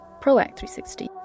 Proact360